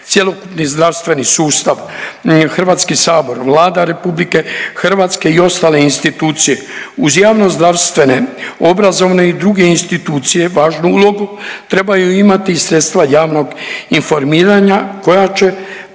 cjelokupni zdravstveni sustav, HS, Vlada RH i ostale institucije uz javnozdravstvene, obrazovne i druge institucije važnu ulogu trebaju imati i sredstva javnog informiranja koja će